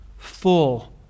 full